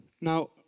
Now